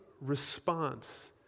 response